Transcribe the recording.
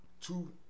two